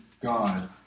god